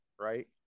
right